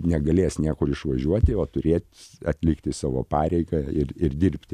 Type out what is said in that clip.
negalės niekur išvažiuoti o turėt atlikti savo pareigą ir ir dirbti